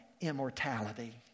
Immortality